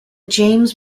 james